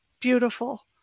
beautiful